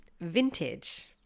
vintage